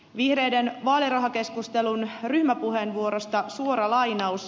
vihreiden vaalirahakeskustelun ryhmäpuheenvuorosta suora lainaus